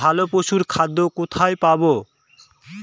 ভালো পশুর খাদ্য কোথায় পাবো?